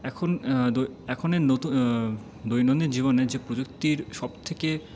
এখন এখনের নতুন দৈনন্দিন জীবনে যে প্রযুক্তির সব থেকে